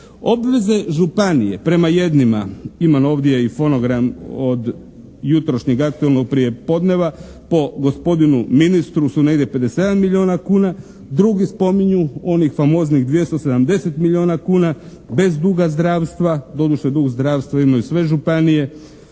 Obveze županije prema jednima, imam ovdje i fonogram od jutrošnjeg aktuelnog prijepodneva, po gospodinu ministru su negdje 57 milijuna kuna, drugi spominju onih famoznih 270 milijuna kuna, bez duga zdravstva, doduše dug zdravstva imaju sve županije,